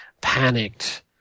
panicked